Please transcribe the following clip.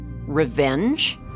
Revenge